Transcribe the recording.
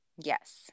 Yes